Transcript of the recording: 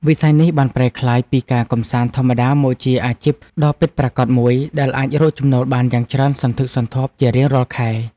វិស័យនេះបានប្រែក្លាយពីការកម្សាន្តធម្មតាមកជាអាជីពដ៏ពិតប្រាកដមួយដែលអាចរកចំណូលបានយ៉ាងច្រើនសន្ធឹកសន្ធាប់ជារៀងរាល់ខែ។